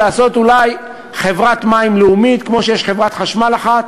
לעשות אולי חברת מים לאומית כמו שיש חברת חשמל אחת,